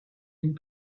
and